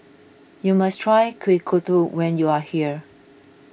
you must try Kuih Kodok when you are here